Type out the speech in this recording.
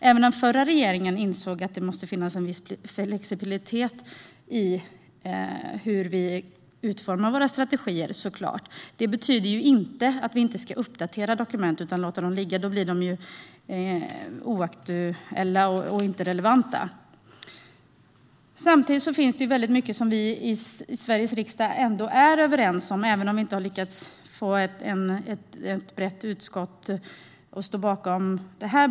Även den förra regeringen insåg att det måste finnas en viss flexibilitet i hur vi utformar våra strategier. Detta betyder inte att vi ska undvika att uppdatera dokument och bara låta dem ligga - då blir de ju inaktuella och irrelevanta. Samtidigt finns det väldigt mycket som vi i Sveriges riksdag är överens om, även om vi inte har lyckats få ett brett utskott att ställa sig bakom betänkandet.